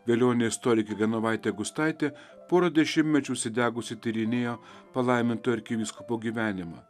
velionė istorikė genovaitė gustaitė porą dešimtmečių užsidegusi tyrinėjo palaimintojo arkivyskupo gyvenimą